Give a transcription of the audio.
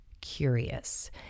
curious